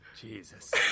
Jesus